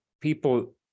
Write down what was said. people